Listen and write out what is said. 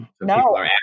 No